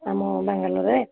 ଆମ ବାଙ୍ଗାଲୋରରେ